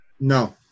No